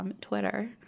Twitter